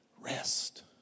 rest